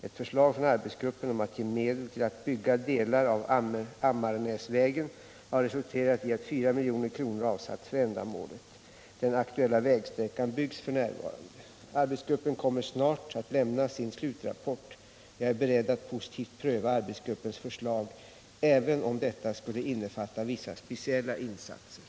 Ett förslag från arbetsgruppen om att ge medel till att bygga delar av Ammarnäsvägen har resulterat i att 4 milj.kr. avsatts för ändamålet. Den aktuella vägsträckan byggs f. n. Arbetsgruppen kommer snart att lämna sin slutrapport. Jag är beredd att positivt pröva arbetsgruppens förslag, även om detta skulle innefatta vissa speciella insatser.